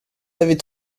avez